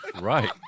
Right